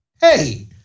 Hey